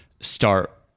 start